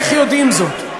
איך יודעים זאת?